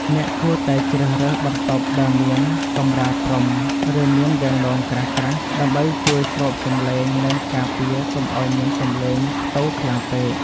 អ្នកគួរតែជ្រើសរើសបន្ទប់ដែលមានកម្រាលព្រំ ឬមានវាំងននក្រាស់ៗដើម្បីជួយស្រូបសំឡេង និងការពារកុំឱ្យមានសំឡេងខ្ទរខ្លាំងពេក។